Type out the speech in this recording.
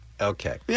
Okay